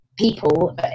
people